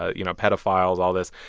you know, pedophiles, all this.